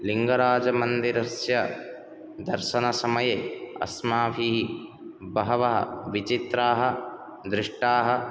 लिङ्गराज मन्दिरस्य दर्शन समये अस्माभिः बहवः विचित्राः दृष्टाः